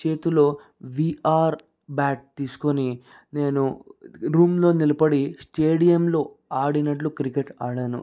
చేతిలో VR bat తీసుకుని నేను రూమ్ లో నిలబడి స్టేడియంలో ఆడినట్టు క్రికెట్ ఆడాను